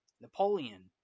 Napoleon